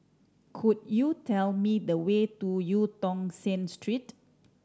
could you tell me the way to Eu Tong Sen Street